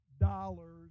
dollars